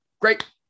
great